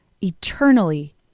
eternally